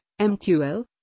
MQL